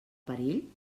perill